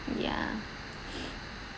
ya